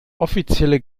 offizielle